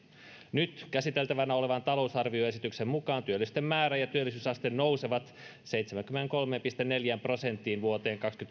nyt käsiteltävänä olevan talousarvioesityksen mukaan työllisten määrä ja työllisyysaste nousevat seitsemäänkymmeneenkolmeen pilkku neljään prosenttiin vuoteen